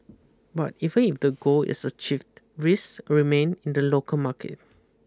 but even if the goal is achieved raise remain in the local market